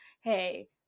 hey